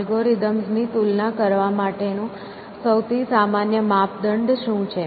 એલ્ગોરિધમ્સની તુલના કરવા માટેનું સૌથી સામાન્ય માપદંડ શું છે